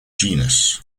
genus